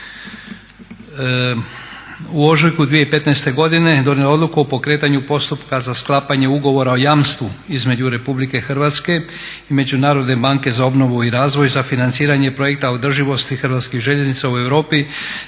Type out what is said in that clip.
u ožujku 2015. godine donijela Odluku o pokretanju postupka za sklapanje Ugovora o jamstvu između Republike Hrvatske i Međunarodne banke za obnovu i razvoj za financiranje projekta održivosti Hrvatskih željeznica u Europi